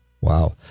Wow